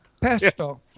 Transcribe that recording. pesto